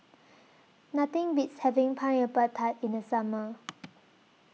Nothing Beats having Pineapple Tart in The Summer